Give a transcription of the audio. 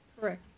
Correct